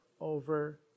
over